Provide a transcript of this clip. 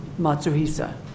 matsuhisa